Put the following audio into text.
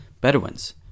Bedouins